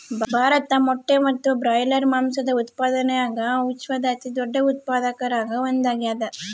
ಭಾರತ ಮೊಟ್ಟೆ ಮತ್ತು ಬ್ರಾಯ್ಲರ್ ಮಾಂಸದ ಉತ್ಪಾದನ್ಯಾಗ ವಿಶ್ವದ ಅತಿದೊಡ್ಡ ಉತ್ಪಾದಕರಾಗ ಒಂದಾಗ್ಯಾದ